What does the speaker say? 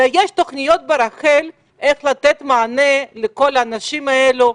יש תכניות איך לתת מענה לכל אנשים הללו,